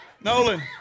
Nolan